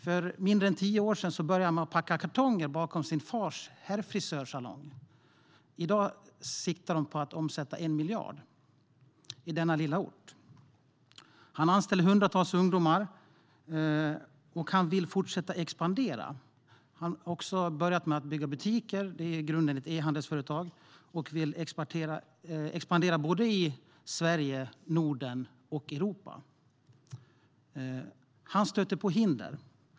För mindre än tio år sedan började de packa kartonger bakom hans fars herrfrisörssalong. I dag siktar de på att omsätta 1 miljard i denna lilla ort. Han anställer hundratals ungdomar, och han vill fortsätta att expandera. Han har också börjat med att bygga butiker. Det är i grunden ett ehandelsföretag. Han vill expandera i både Sverige, Norden och Europa. Han stötte på hinder.